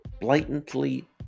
blatantly